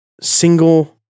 single